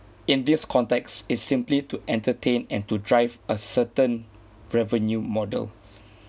in this context is simply to entertain and to drive a certain revenue model